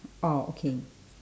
oh okay